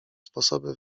sposoby